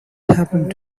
happened